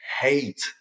hate